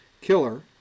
killer